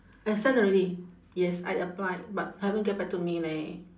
I send already yes I applied but haven't get back to me leh